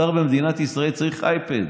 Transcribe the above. שר במדינת ישראל צריך אייפד,